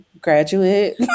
graduate